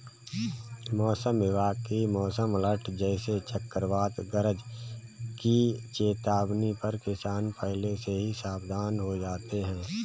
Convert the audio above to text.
मौसम विभाग की मौसम अलर्ट जैसे चक्रवात गरज की चेतावनी पर किसान पहले से ही सावधान हो जाते हैं